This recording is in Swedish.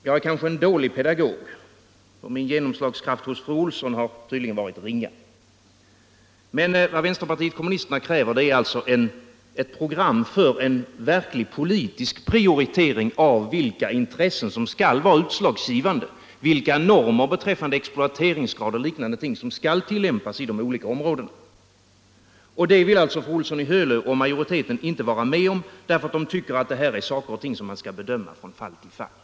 Jag är kanske en dålig pedagog, och min genomslagskraft hos fru Olsson har tydligen varit ringa. Men vad vänsterpartiet kommunisterna kräver är ett program för verklig politisk prioritering av vilka intressen som skall vara utslagsgivande, vilka normer beträffande exploateringsgrad och liknande som skall tillämpas i de olika områdena. Det vill fru Olsson i Hölö och utskottsmajoriteten inte vara med om därför att de tycker att detta är saker som skall bedömas från fall till fall.